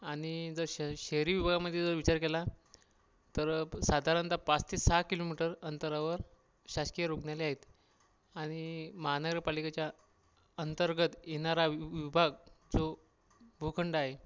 आणि जर श शहरी विभागामधे जर विचार केला तर साधारणत पाच ते सहा किलोमीटर अंतरावर शासकीय रुग्णालये आहेत आणि महानगर पालिकेच्या अंतर्गत येणारा वि वि विभाग जो भूखंड आहे